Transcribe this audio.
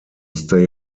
stay